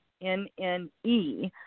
N-N-E